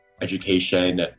education